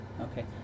Okay